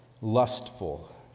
lustful